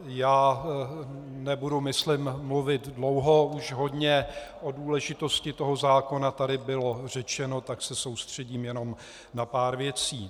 Já nebudu myslím mluvit dlouho, už hodně o důležitosti toho zákona tady bylo řečeno, tak se soustředím jenom na pár věcí.